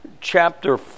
chapter